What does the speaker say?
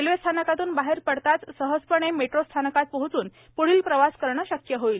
रेल्वेस्थानकातून बाहेर पडताच सहजपणे मेट्रोस्थानकात पोहोचून प्ढील प्रवास करणे शक्य होईल